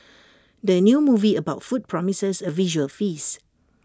the new movie about food promises A visual feast